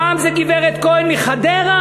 פעם זה גברת כהן מחדרה.